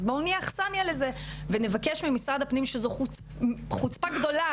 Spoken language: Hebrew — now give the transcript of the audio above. אז בואו נהיה אכסניה לזה ונבקש ממשרד הפנים שזו חוצה גדולה,